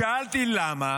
שאלתי למה.